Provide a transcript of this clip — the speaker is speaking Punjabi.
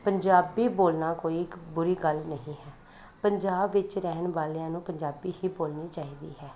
ਪੰਜਾਬੀ ਬੋਲਣਾ ਕੋਈ ਇੱਕ ਬੁਰੀ ਗੱਲ ਨਹੀਂ ਹੈ ਪੰਜਾਬ ਵਿੱਚ ਰਹਿਣ ਵਾਲਿਆਂ ਨੂੰ ਪੰਜਾਬੀ ਹੀ ਬੋਲਣੀ ਚਾਹੀਦੀ ਹੈ